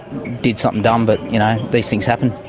did something dumb, but you know, these things happen.